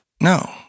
No